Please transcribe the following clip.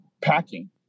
packing